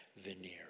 veneer